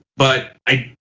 but i